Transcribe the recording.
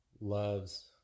loves